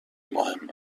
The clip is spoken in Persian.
مهم